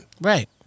Right